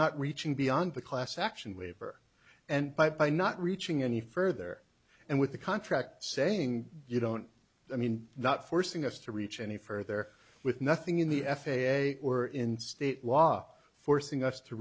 not reaching beyond the class action waiver and by by not reaching any further and with the contract saying you don't i mean not forcing us to reach any further with nothing in the f a a or in state law forcing us to